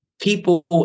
people